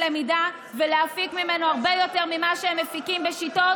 הלמידה ולהפיק ממנו הרבה יותר ממה שהם מפיקים בשיטות